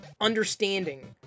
understanding